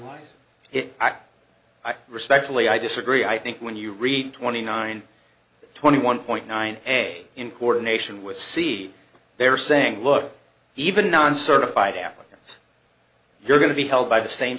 why's it i respectfully i disagree i think when you read twenty nine twenty one point nine a in coordination with seed they were saying look even non certified applicants you're going to be held by the same